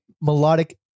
melodic